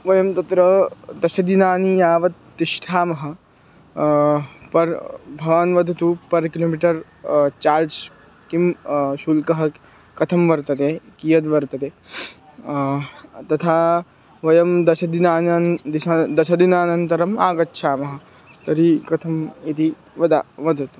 वयं तत्र दशदिनानि यावत् तिष्ठामः परं भवान् वदतु पर् किलोमीटर् चार्ज् किं शुल्कः कथं वर्तते कियद्वर्तते तथा वयं दशदिनान् दिशा दशदिनानन्तरम् आगच्छामः तर्हि कथम् इति वद वदतु